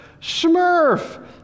Smurf